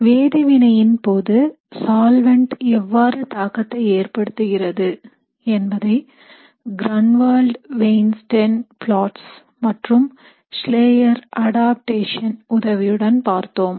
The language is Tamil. வேதி வினையின் போது சால்வெண்ட் எவ்வாறு தாக்கத்தை ஏற்படுத்துகிறது என்பதை Grunwald Weinstein plots மற்றும் Schleyer adaptation உதவியுடன் பார்த்தோம்